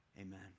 Amen